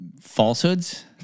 falsehoods